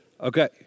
Okay